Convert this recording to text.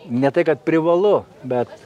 ne tai kad privalu bet